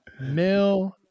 mill